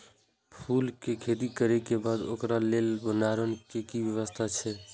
फूल के खेती करे के बाद ओकरा लेल भण्डार क कि व्यवस्था अछि?